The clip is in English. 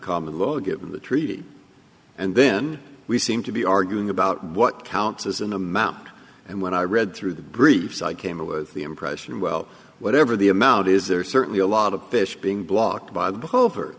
common law given the treaty and then we seem to be arguing about what counts as an amount and when i read through the briefs i came away with the impression well whatever the amount is there's certainly a lot of fish being blocked by th